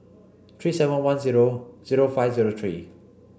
three seven one zero zero five zero three